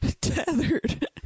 Tethered